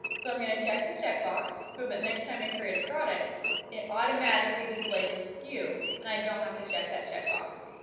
so i'm going to check the checkbox so that but next time i create a product it automatically displays the sku and i don't have to check that checkbox.